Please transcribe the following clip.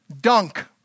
dunk